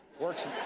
Works